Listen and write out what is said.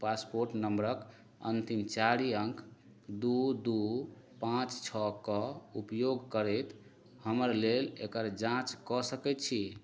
passport नम्बरके अन्तिम चारि अङ्क दुइ दुइ पाँच छओके उपयोग करैत हमर लेल जाँच कऽ सकै छी